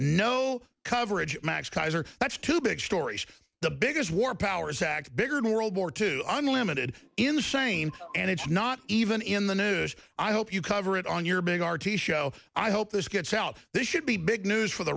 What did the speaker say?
no coverage max kaiser that's two big stories the biggest war powers act bigger than world war two unlimited insane and it's not even in the news i hope you cover it on your big r t show i hope this gets out this should be big news for the